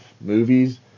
movies